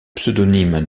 pseudonyme